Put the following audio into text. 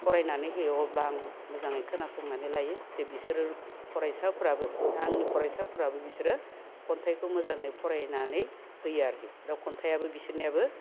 फरायनानै होयो अब्ला आं मोजाङै खोनासंनानै लायो जे बिसोरो फरायसाफोराबो दा आंनि फरायसाफोराबो बिसोरो खन्थाइखौ मोजाङै फरायनानै होयो आरोखि दा खन्थाइयाबो बिसोरनियाबो